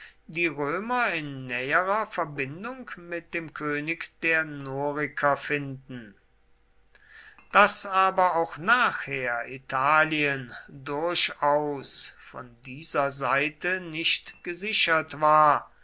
die römer in näherer verbindung mit einem könig der noriker finden daß aber auch nachher italien durchaus von dieser seite nicht gesichert war